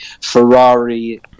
ferrari